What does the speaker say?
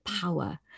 power